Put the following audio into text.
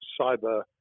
cyber